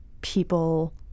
people